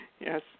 Yes